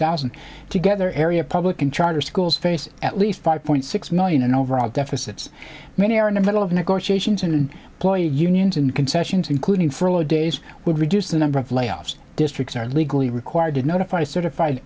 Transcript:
thousand together area public and charter schools face at least five point six million and overall deficits many are in the middle of negotiations in a ploy to unions and concessions including for low days would reduce the number of layoffs districts are legally required to notify certified